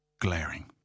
glaring